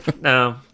no